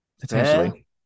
potentially